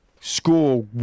score